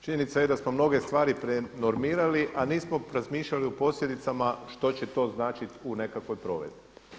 Činjenica je da smo mnoge stvari prenormirali, a nismo razmišljali o posljedicama što će to značiti u nekakvoj provedbi.